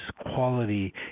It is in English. quality